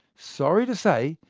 sorry to say,